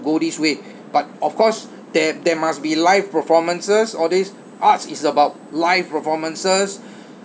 go this way but of course there there must be live performances all these arts is about live performances